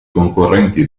concorrenti